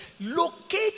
Locate